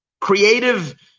creative